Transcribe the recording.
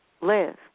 live